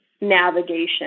navigation